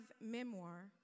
memoir